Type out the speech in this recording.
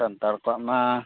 Santal ᱠᱚᱣᱟᱜᱼᱢᱟ